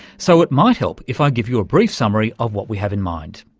so it might help if i give you a brief summary of what we have in mind.